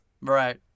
Right